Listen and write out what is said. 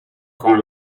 con